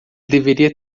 deveria